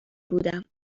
بودم